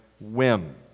whim